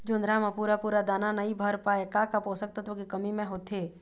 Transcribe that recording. जोंधरा म पूरा पूरा दाना नई भर पाए का का पोषक तत्व के कमी मे होथे?